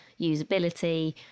usability